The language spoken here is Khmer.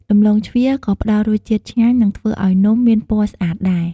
ដំឡូងជ្វាក៏ផ្តល់រសជាតិឆ្ងាញ់ និងធ្វើឱ្យនំមានពណ៌ស្អាតដែរ។